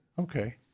Okay